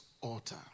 altar